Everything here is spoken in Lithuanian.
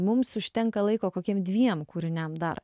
mums užtenka laiko kokiem dviem kūriniam dar